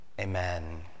amen